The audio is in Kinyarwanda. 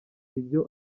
ibyo